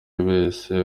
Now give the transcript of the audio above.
wese